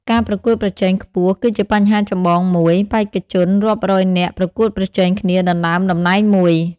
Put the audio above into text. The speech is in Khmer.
ការប្រកួតប្រជែងខ្ពស់ គឺជាបញ្ហាចម្បងមួយ។ បេក្ខជនរាប់រយនាក់ប្រកួតប្រជែងគ្នាដណ្ដើមតំណែងមួយ។